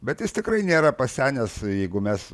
bet jis tikrai nėra pasenęs jeigu mes